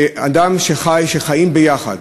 שאדם, שחיים ביחד,